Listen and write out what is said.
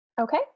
Okay